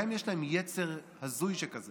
גם אם יש להם יצר הזוי שכזה